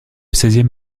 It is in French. seizième